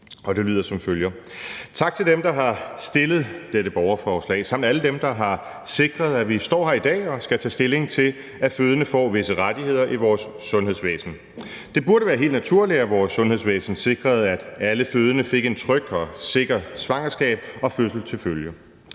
Og de lyder som følger: Tak til dem, der har fremsat dette borgerforslag, samt til alle dem, der har sikret, at vi står her i dag og skal tage stilling til, at fødende får visse rettigheder i vores sundhedsvæsen. Det burde være helt naturligt, at vores sundhedsvæsen sikrede, at alle fødende fik et trygt og sikkert svangerskab og en tryg